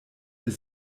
ihr